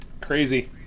Crazy